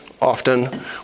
often